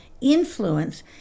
influence